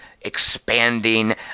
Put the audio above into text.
expanding